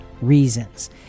reasons